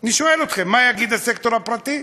אני שואל אתכם, מה יגיד הסקטור הפרטי?